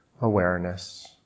awareness